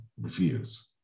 reviews